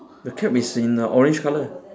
the cap is in orange color